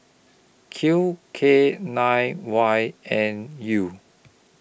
Q K nine Y N U